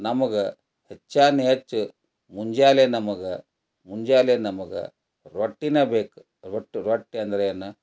ನಮ್ಗೆ ಹೆಚ್ಚಾನೆಚ್ಚು ಮುಂಜಾನೆ ನಮಗೆ ಮುಂಜಾನೆ ನಮಗೆ ರೊಟ್ಟಿನ ಬೇಕು ರೊಟ್ಟಿ ರೊಟ್ಟಿ ಅಂದ್ರೇನೆ